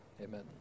Amen